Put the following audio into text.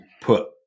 put